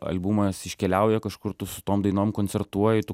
albumas iškeliauja kažkur tu su tom dainom koncertuoji tu